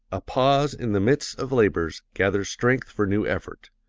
a pause in the midst of labors gathers strength for new effort.